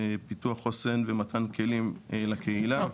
פיתוח חוסן ומתן כלים לקהילה.